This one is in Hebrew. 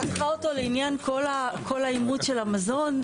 אני צריכה אותו לעניין כל האימוץ של המזון,